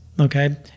Okay